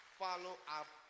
follow-up